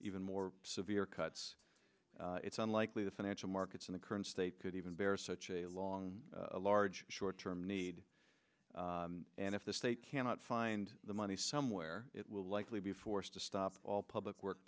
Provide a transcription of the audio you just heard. even more severe cuts it's unlikely the financial markets in the current state could even bear such a long large short term need and if the state cannot find the money somewhere it will likely be forced to stop all public work